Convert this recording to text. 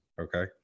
okay